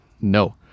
No